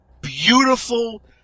beautiful